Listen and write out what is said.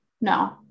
no